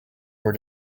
were